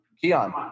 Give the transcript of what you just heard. Keon